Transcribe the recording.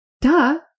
duh